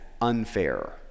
unfair